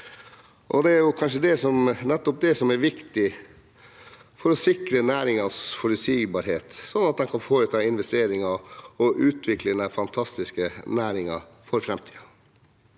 Det er kanskje nettopp det som er viktig for å sikre næringen forutsigbarhet, sånn at man kan foreta investeringer og utvikle den fantastiske næringen for framtiden.